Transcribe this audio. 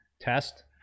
test